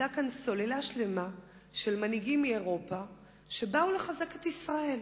עמדה כאן סוללה שלמה של מנהיגים מאירופה שבאו לחזק את ישראל.